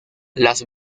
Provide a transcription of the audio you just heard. las